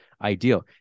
Ideal